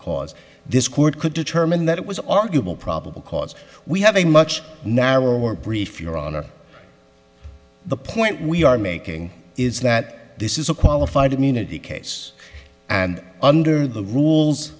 cause this court could determine that it was arguable probable cause we have a much narrower brief your honor the point we are making is that this is a qualified immunity case and under the rules